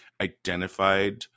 identified